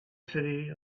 city